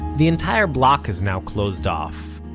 the entire block is now closed off,